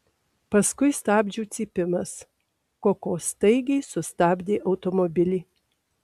paskui stabdžių cypimas koko staigiai sustabdė automobilį